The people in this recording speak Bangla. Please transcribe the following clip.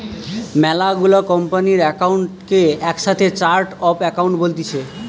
মেলা গুলা কোম্পানির একাউন্ট কে একসাথে চার্ট অফ একাউন্ট বলতিছে